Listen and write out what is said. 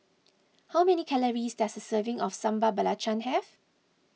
how many calories does a serving of Sambal Belacan have